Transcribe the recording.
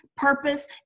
purpose